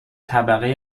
طبقه